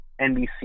NBC